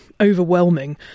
overwhelming